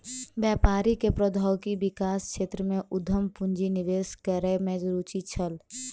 व्यापारी के प्रौद्योगिकी विकास क्षेत्र में उद्यम पूंजी निवेश करै में रूचि छल